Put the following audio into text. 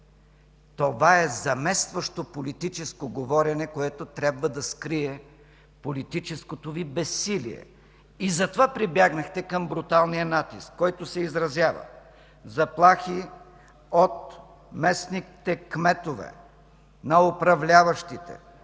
Това е заместващо политическо говорене, което трябва да скрие политическото Ви безсилие и затова прибегнахте към бруталния натиск, който се изразява в заплахи от местните кметове на управляващите,